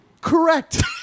correct